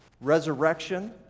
resurrection